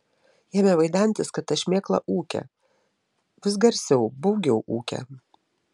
ėmė vaidentis kad ta šmėkla ūkia vis garsiau baugiau ūkia